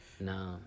No